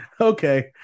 okay